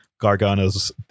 gargano's